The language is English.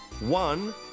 One